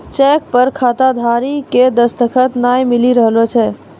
cheque पर खाताधारी के दसखत नाय मिली रहलो छै